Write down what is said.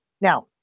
Now